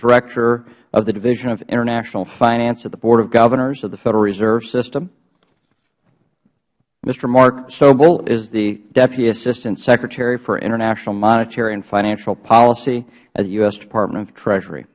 director of the division of international finance at the board of governors of the federal reserve system mr hmark sobel is the deputy assistant secretary for international monetary and financial policy at the u s department of treasury